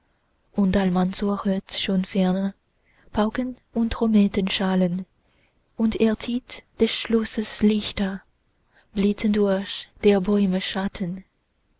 und almansor hört schon ferne pauken und trommeten schallen und er sieht des schlosses lichter blitzen durch der bäume schatten